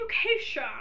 education